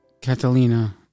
Catalina